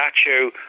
statue